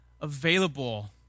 available